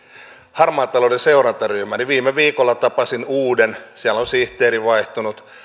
harmaan talouden seurantaryhmään niin viime viikolla tapasin uuden sihteerin siellä on sihteeri vaihtunut